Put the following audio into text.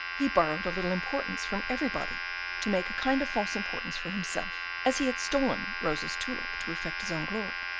he borrowed a little importance from everybody to make a kind of false importance for himself, as he had stolen rosa's tulip to effect his own glory,